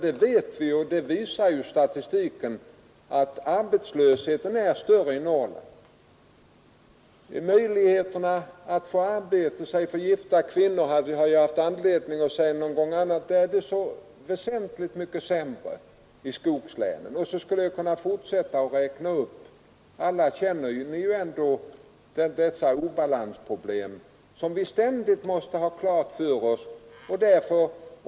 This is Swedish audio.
Vi vet ju — det visar statistiken — att arbetslösheten är större i Norrland. Möjligheterna att få arbete säg för gifta kvinnor — det har jag haft anledning påpeka tidigare — är väsentligt mycket sämre i skogslänen Jag skulle kunna fortsätta att räkna upp dessa obalansproblem, som vi ju alla känner till och ständigt måste ha uppmärksamheten på.